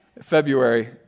February